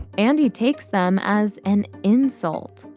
andy takes them as an insult.